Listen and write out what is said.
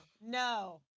No